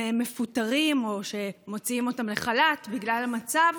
מפוטרים או שמוציאים אותם לחל"ת בגלל המצב.